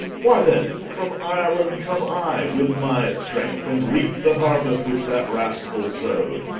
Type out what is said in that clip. why then from ireland come i with my strength, and reape the haruest which that rascall sow'd.